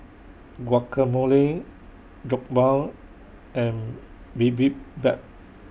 Guacamole Jokbal and Bibimbap